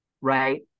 right